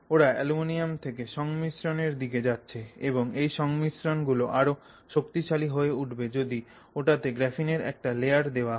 ওরা অ্যালুমিনিয়াম থেকে সংমিশ্রণের গুলোর দিকে যাচ্ছে এবং ওই সংমিশ্রণ গুলো আরও শক্তিশালী হয়ে উঠবে যদি ওটাতে গ্রাফিনের একটা লেয়ার দেওয়া হয়